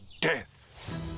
death